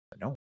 No